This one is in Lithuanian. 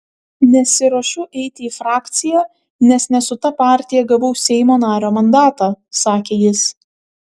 nesiruošiu eiti į frakciją nes ne su ta partija gavau seimo nario mandatą sakė jis